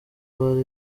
bari